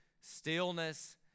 stillness